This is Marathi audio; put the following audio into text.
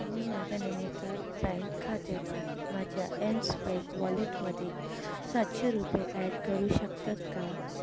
तुम्ही माझ्या नैनीताल बँक खात्यातून माझ्या एमस्वाईप वॉलेटमध्ये सातशे रुपये ॲड करू शकतात का